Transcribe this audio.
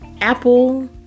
apple